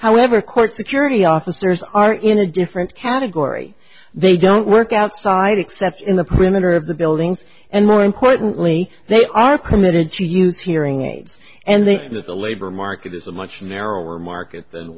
however court security officers are in a different category they don't work outside except in the perimeter of the buildings and more importantly they are permitted to use hearing aids and they say that the labor market is a much narrower market than